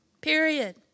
Period